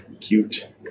Cute